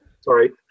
Sorry